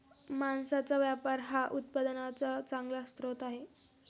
मांसाचा व्यापार हा उत्पन्नाचा चांगला स्रोत आहे